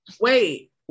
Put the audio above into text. Wait